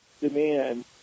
demand